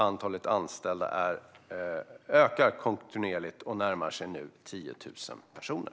Antalet anställda ökar kontinuerligt och närmar sig nu 10 000 personer.